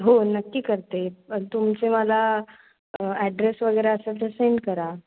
हो नक्की करते पण तुमचे मला ॲड्रेस वगैरे असेल तर सेंड करा